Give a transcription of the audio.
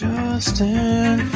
Justin